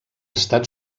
estat